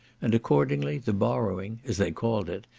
and accordingly the borrowing, as they called it,